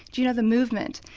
do you know the movement?